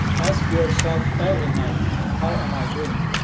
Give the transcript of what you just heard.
ask yourself every night. how am i doing.